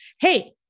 hey